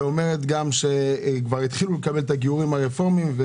אומרת גם שהתחילו לקבל את הגיורים הרפורמיים,